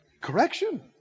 Correction